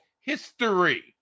history